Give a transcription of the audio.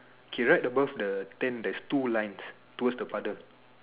okay right above the tent there's two lines towards the father